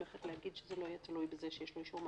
ברגע שאנחנו אומרים שלא התקיימו הדרישות, כל דבר